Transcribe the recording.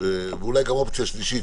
ואולי גם אופציה שלישית,